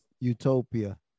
utopia